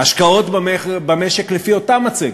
ההשקעות במשק, לפי אותה מצגת,